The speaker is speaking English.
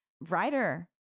writer